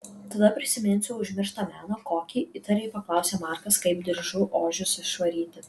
tada prisiminsiu užmirštą meną kokį įtariai paklausė markas kaip diržu ožius išvaryti